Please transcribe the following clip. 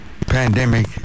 pandemic